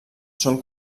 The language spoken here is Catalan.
són